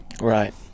right